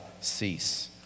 cease